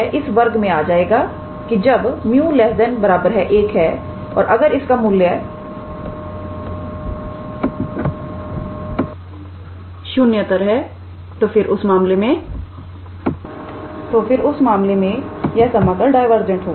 अबयह इस वर्ग में आ जाएगा कि जब 𝜇 ≤ 1 है और अगर इसका मूल्य शून्येतर है तो फिर उस मामले में यह समाकल डायवर्जेंट होगा